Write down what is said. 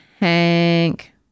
Hank